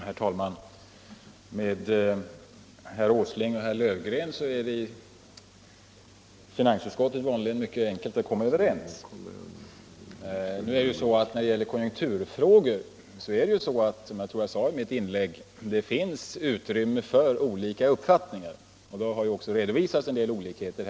Herr talman! Med herr Åsling och herr Löfgren är det i finansutskottet vanligen mycket enkelt att komma överens. I konjunkturfrågor finns det, som jag tror att jag framhöll i mitt anförande, utrymme för olika uppfattningar, och det har i debatten också redovisats en del sådana olikheter.